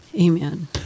Amen